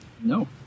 No